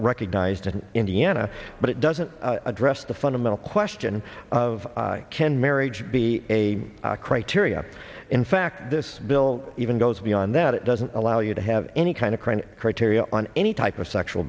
recognized in indiana but it doesn't address the fundamental question of can marriage be a criteria in fact this bill even goes beyond that it doesn't allow you to have any kind of criteria on any type of sexual